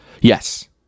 yes